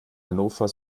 hannover